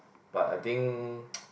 but I think